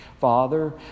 Father